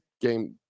game